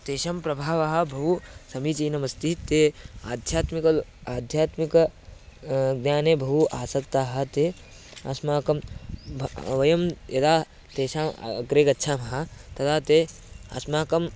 तेषां प्रभावः बहु समीचीनमस्ति ते आध्यात्मिकः आध्यात्मिकः ज्ञाने बहु आसक्ताः ते अस्माकं भ वयं यदा तेषाम् अग्रे गच्छामः तदा ते अस्माकं